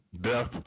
death